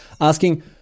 asking